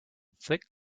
thick